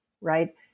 right